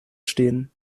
stehen